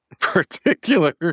particular